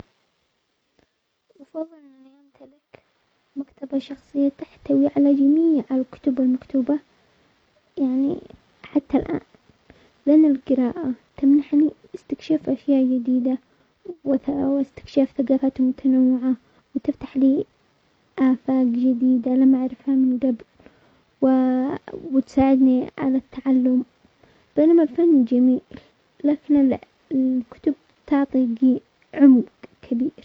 افضل اني امتلك مكتبة شخصية تحتوي على جميع الكتب المكتوبة، يعني حتى الان لان القراءة تمنحني استكشاف اشياء جديدة واستكشاف ثقافات متنوعة وتفتح لي افاق جديدة لم اعرفها من قبل وتساعدني على التعلم، بينما الفن جميل، لكن الكتب تعطي عمق كبير.